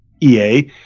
EA